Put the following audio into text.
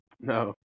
no